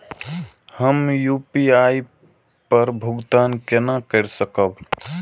हम यू.पी.आई पर भुगतान केना कई सकब?